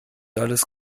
alles